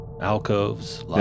Alcoves